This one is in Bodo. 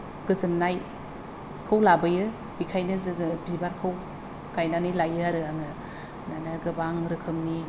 गोजोननायखौ लाबोयो बेखायनो जोङो बिबारखौ गायनानै लायो आरो आङो दाना गोबां रोखोमनि